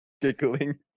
giggling